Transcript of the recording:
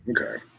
Okay